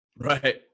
Right